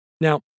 Now